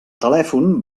telèfon